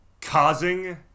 Causing